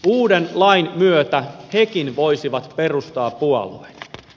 uuden lain myötä hekin voisivat perustaa puolueen